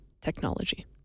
technology